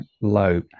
low